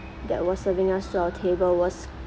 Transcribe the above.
that was serving us to our table was